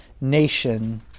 nation